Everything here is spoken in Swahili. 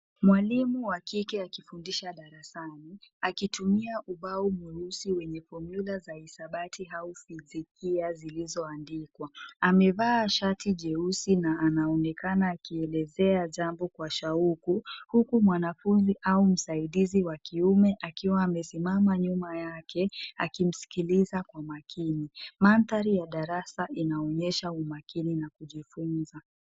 Mwalimu wa kike akifundisha darasani. Akitumia ubao mweusi wenye fomula za hisabati au fizikia zilizoandikwa. Amevaa shati jeusi na anaonekana akielezea jambo kwa shauku huku mwanafunzi au msaidizi wa kiume akiwa amesimama nyuma yake, akimsikiliza kwa makini. Mandhari ya darasa inaonyesha umakini na kujifunza.